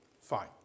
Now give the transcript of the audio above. fine